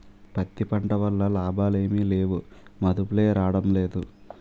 పత్తి పంట వల్ల లాభాలేమి లేవుమదుపులే రాడంలేదు